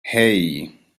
hey